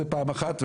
זה פעם אחת.